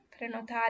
prenotare